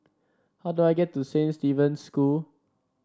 how do I get to Saint Stephen's School